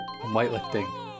weightlifting